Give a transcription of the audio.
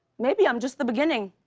maybe i'm just the beginning.